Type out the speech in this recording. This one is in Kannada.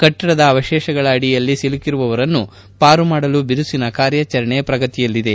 ಕಟ್ಟಡದ ಅವಶೇಷಗಳ ಅಡಿಯಲ್ಲಿ ಸಿಲುಕಿರುವವರನ್ನು ಪಾರು ಮಾಡಲು ಬಿರುಸಿನ ಕಾರ್ಯಾಚರಣೆ ಪ್ರಗತಿಯಲ್ಲಿದೆ